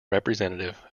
representative